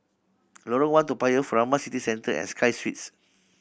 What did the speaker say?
Lorong One Toa Payoh Furama City Centre and Sky Suites